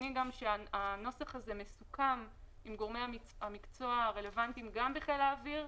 הנוסח הזה מסוכם עם גורמי המקצוע הרלוונטיים בחיל האוויר,